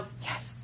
Yes